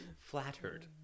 flattered